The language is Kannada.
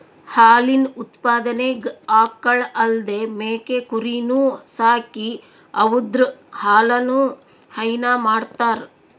ಹಾಲಿನ್ ಉತ್ಪಾದನೆಗ್ ಆಕಳ್ ಅಲ್ದೇ ಮೇಕೆ ಕುರಿನೂ ಸಾಕಿ ಅವುದ್ರ್ ಹಾಲನು ಹೈನಾ ಮಾಡ್ತರ್